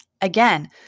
Again